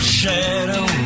shadow